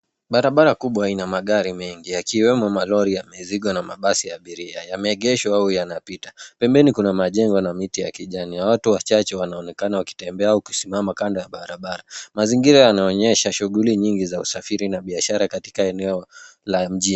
Barabara kubwa ina magari mengi yakiwemo maroli ya mizigo na mabasi ya abiria, yameegeshwa au yanapita. Pembeni kuna majengo na miti ya kijani, watu wachache wanaonekana wakitembea au kusimama kando ya barabara. Mazingira yanaonyesha shuguli nyingi za usafiri na biashara katika eneo la mjini.